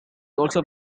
also